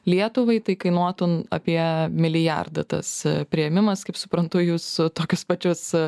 lietuvai tai kainuotų apie milijardą tas priėmimas kaip suprantu jus tokius pačius